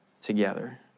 together